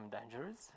dangerous